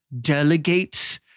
delegate